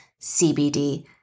CBD